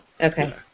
Okay